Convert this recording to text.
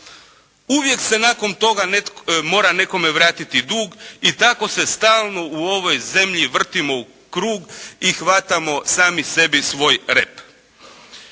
Uvijek se nakon toga mora nekome vratiti dug i tako se stalno u ovoj zemlji vrtimo u krug i hvatamo sami sebi svoj rep.